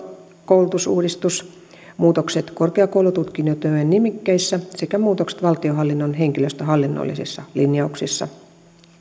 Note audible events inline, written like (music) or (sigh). (unintelligible) koulutusuudistus muutokset korkeakoulututkintojen nimikkeissä sekä muutokset valtionhallinnon henkilöstöhallinnollisissa linjauksissa